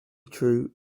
true